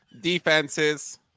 Defenses